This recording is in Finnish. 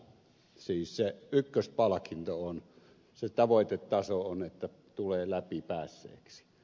siis se ykköspalkinto se tavoitetaso on että tulee läpi päässeeksi